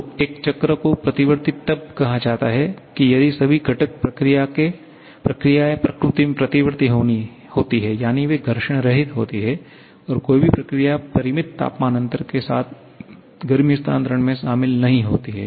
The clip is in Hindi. तो एक चक्र को प्रतिवर्ती तब कहा जाता है की यदि सभी घटक प्रक्रियाएं प्रकृति में प्रतिवर्ती होती हैं यानी वे घर्षण रहित होती हैं और कोई भी प्रक्रिया परिमित तापमान अंतर के साथ गर्मी हस्तांतरण में शामिल नहीं होती है